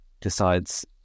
decides